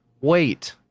Wait